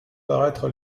paraître